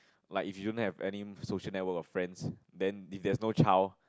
like if you don't have any social network of friends then if there's no child